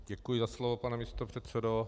Děkuji za slovo, pane místopředsedo.